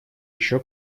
еще